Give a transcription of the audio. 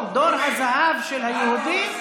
תור הזהב של היהודים.